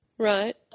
Right